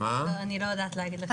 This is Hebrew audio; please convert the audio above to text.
אני לא יודעת להגיד לך.